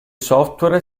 software